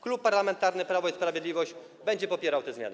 Klub Parlamentarny Prawo i Sprawiedliwość będzie popierał te zmiany.